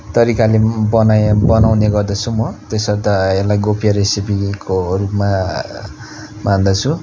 तरिकाले बनायो बनाउने गर्दैछु म त्यसर्थ यसलाई गोप्य रेसिपीको रूपमा मान्दछु